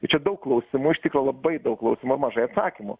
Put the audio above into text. ir čia daug klausimų iš tikro labai daug klausimų ir mažai atsakymų